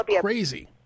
crazy